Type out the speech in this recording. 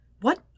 What